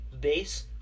bass